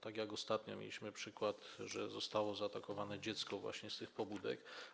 Tak jak ostatnio, kiedy mieliśmy przykład, że zostało zaatakowane dziecko właśnie z tych pobudek.